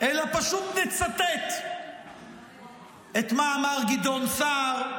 אלא פשוט נצטט מה אמר גדעון סער,